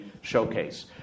showcase